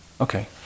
Okay